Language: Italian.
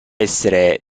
essere